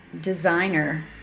designer